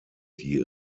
die